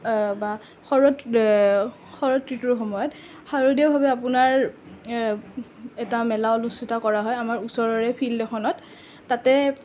বা শৰৎ শৰৎ ঋতুৰ সময়ত শাৰদীয়ভাৱে আপোনাৰ এটা মেলা অনুষ্ঠিত কৰা হয় আমাৰ ওচৰৰে ফিল্ড এখনত তাতে